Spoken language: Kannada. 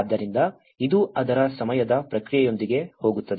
ಆದ್ದರಿಂದ ಇದು ಅದರ ಸಮಯದ ಪ್ರಕ್ರಿಯೆಯೊಂದಿಗೆ ಹೋಗುತ್ತದೆ